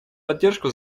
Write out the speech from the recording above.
поддержку